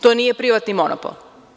To nije privatni monopol.